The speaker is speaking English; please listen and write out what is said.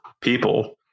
people